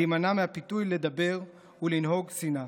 להימנע מהפיתוי לדבר ולנהוג שנאה.